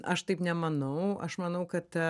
aš taip nemanau aš manau kad